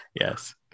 Yes